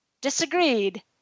disagreed